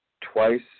twice